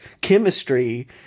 chemistry